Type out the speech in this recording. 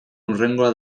hurrengoa